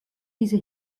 diese